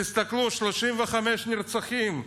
תסתכלו, 35 נרצחים.